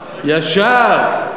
ישר.